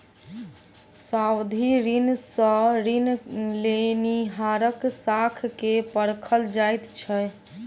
सावधि ऋण सॅ ऋण लेनिहारक साख के परखल जाइत छै